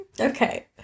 okay